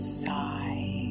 sigh